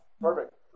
perfect